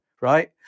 right